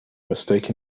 mistake